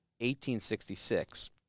1866